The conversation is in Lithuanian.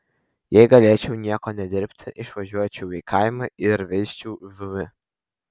jei galėčiau nieko nedirbti išvažiuočiau į kaimą ir veisčiau žuvį